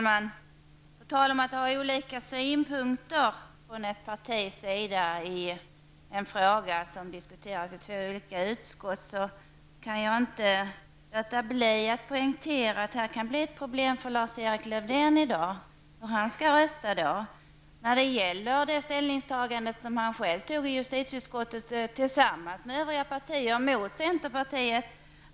Herr talman! På tal om olika synpunkter från ett partis sida i en fråga som diskuteras i två olika utskott, kan jag inte låta bli att poängtera att det här kan bli ett problem för Lars-Erik Lövdén i dag -- hur han skall rösta när det gäller hans ställningstagande i justitieutskottet tillsammans med övriga partier mot centerpartiet.